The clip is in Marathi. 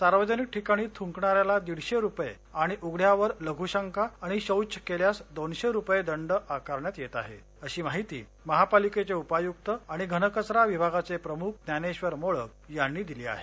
सार्वजनिक ठिकाणी थुंकणाऱ्याला दीडशे रुपये आणि उघड्यावर लघुशंका आणि शौच केल्यास दोनशे रुपये दंड आकारण्यात येत आहे अशी माहिती महापालिकेचे उपायुक्त आणि घनकचरा विभागाचे प्रमुख ज्ञानेश्वर मोळक यांनी दिली आहे